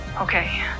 Okay